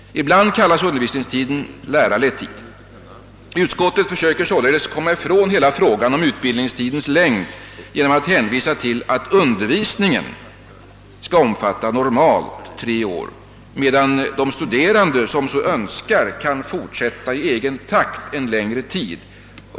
Ibland kallas undervisningstiden lärarledd tid. Utskottet vill således komma ifrån hela frågan om utbildningstidens längd genom att hänvisa till att undervisningen skall omfatta normalt tre år, medan de studerande som så önskar kan fortsätta i egen takt längre tid.